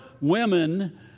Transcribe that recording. women